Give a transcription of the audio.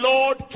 Lord